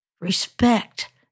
Respect